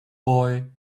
boy